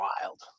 wild